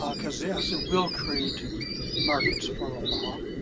um because yes it will create markets for omaha.